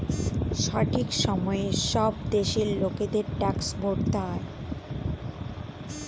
সঠিক সময়ে সব দেশের লোকেদের ট্যাক্স ভরতে হয়